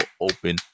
open